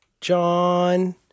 John